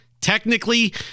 Technically